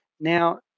Now